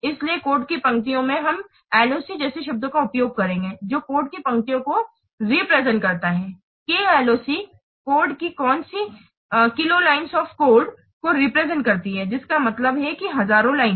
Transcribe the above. इसलिए कोड की पंक्तियों में हम LOC जैसे शब्दों का उपयोग करेंगे जो कोड की पंक्तियों को रेप्रेसेंट्स करता है KLOC कोड की कौन सी किलो लाइन्स ऑफ़ कोड को रेप्रेसेंट्स करती है जिसका मतलब है कि हजारों लाइनें